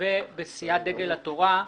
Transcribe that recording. ובסיעת דגל התורה,